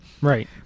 right